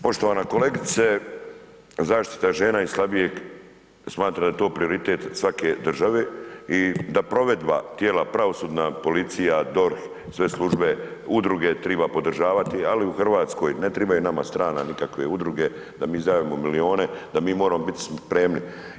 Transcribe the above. Poštovana kolegice, zaštita žena i slabijeg smatram da je to prioritet svake države i da provedba tijela pravosudna policija, DORH, sve službe, udruge triba podržavati, ali u Hrvatskoj ne tribaju nama strana nikakve udruge da mi izdvajamo milione, da mi moramo biti spremni.